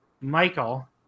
Michael